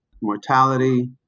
mortality